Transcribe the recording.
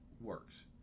works